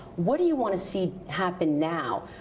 what do you want to see happen now?